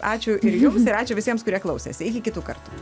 ačiū ir jums ir ačiū visiems kurie klausėsi iki kitų kartų